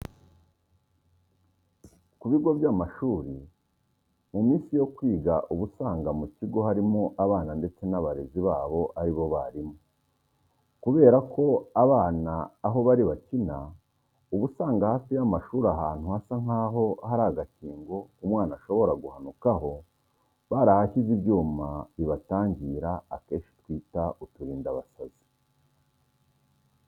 Kubigo by'amashuri, muminsi yo kwiga uba usanga mukigo harimo abana ndetse n'abarezi babo aribo balimu. kuberako abana aho bari bakina, uba usanga hafi y'amashuli ahantu hasa nkaho hari agakingo umwana ashobora guhanukaho barahashyize ibyuma bibatangira akenshi twita uturindabasazi.